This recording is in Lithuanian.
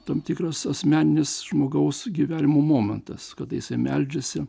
tam tikras asmeninis žmogaus gyvenimo momentas kada jisai meldžiasi